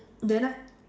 then I